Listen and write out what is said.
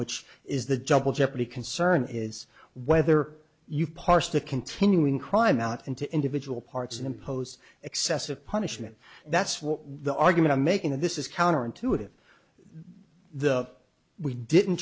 which is the double jeopardy concern is whether you parse the continuing crime out into individual parts and impose excessive punishment that's what the argument i'm making of this is counterintuitive the we didn't